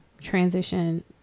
transition